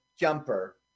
jumper